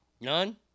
None